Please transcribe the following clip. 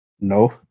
No